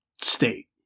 state